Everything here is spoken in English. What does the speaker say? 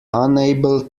unable